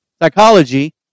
psychology